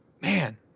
man